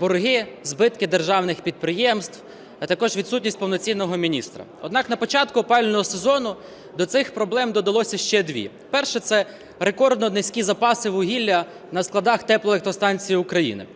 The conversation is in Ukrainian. борги, збитки державних підприємств, а також відсутність повноцінного міністра. Однак на початку опалювального сезону до цих проблем додалося ще дві. Перша. Це рекордно низькі запаси вугілля на складах теплоелектростанцій України.